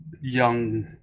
young